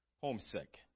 homesick